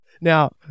Now